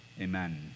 Amen